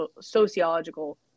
sociological